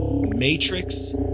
Matrix